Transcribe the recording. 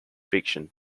fiction